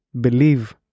believe